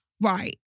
Right